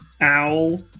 owl